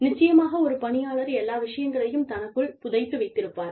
நிச்சயமாக ஒரு பணியாளர் எல்லா விஷயங்களையும் தனக்குள் புதைத்து வைத்திருப்பார்